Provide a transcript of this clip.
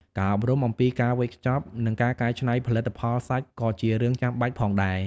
ការអប់រំអំពីការវេចខ្ចប់និងការកែច្នៃផលិតផលសាច់ក៏ជារឿងចាំបាច់ផងដែរ។